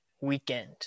weekend